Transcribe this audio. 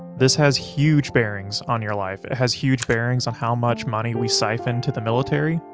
this has huge bearings on your life, it has huge bearings on how much money we siphon to the military,